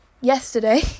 yesterday